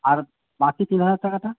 আর বাকি তিন হাজার টাকাটা